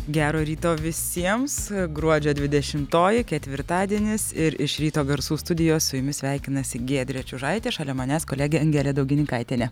gero ryto visiems gruodžio dvidešimoji ketvirtadienis ir iš ryto garsų studijos su jumis sveikinasi giedrė čiužaitė šalia manęs kolegė angelė daugininkaitienė